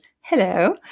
hello